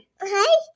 Hi